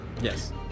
yes